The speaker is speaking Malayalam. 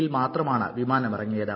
ൽ മാത്രമാണ് വിമാനം ഇറങ്ങിയത്